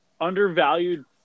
undervalued